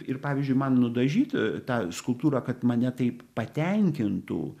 ir pavyzdžiui man nudažyti tą skulptūrą kad mane taip patenkintų